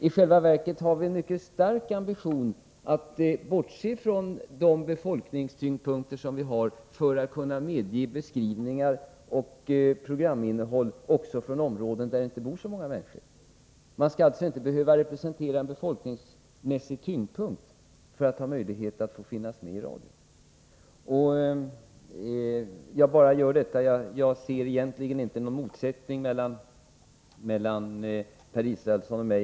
I själva verket har vi en mycket stark ambition att bortse från befolkningstyngdpunkterna för att kunna medge beskrivningar och program också från områden där det inte bor så många människor. Man skall alltså inte behöva representera en befolkningsmässig tyngdpunkt för att få möjlighet att finnas med i radio. Jag ser egentligen inte någon motsättning mellan Per Israelsson och mig.